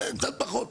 קצת פחות.